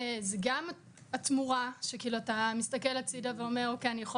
זה גם התמורה שאתה מסתכל הצידה ואומר חלקנו